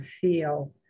feel